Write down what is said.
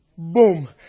Boom